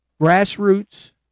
grassroots